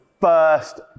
first